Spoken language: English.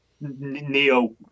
neo